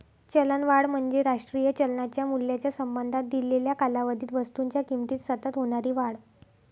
चलनवाढ म्हणजे राष्ट्रीय चलनाच्या मूल्याच्या संबंधात दिलेल्या कालावधीत वस्तूंच्या किमतीत सतत होणारी वाढ